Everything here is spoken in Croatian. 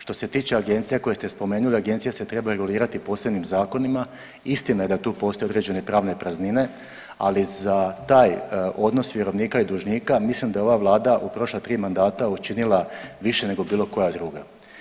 Što se tiče agencija koje ste spomenuli, agencije se trebaju regulirati posebnim zakonima, istina je da tu postoje određene pravne praznine, ali za taj odnos vjerovnika i dužnika mislim da je ova vlada u prošla tri mandata učinila više nego bilo koja druga.